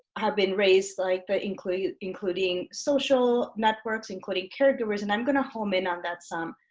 have been raised like the including including social networks, including caregivers, and i'm gonna home in on that some.